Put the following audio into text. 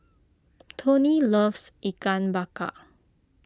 Toni loves Ikan Bakar